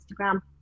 Instagram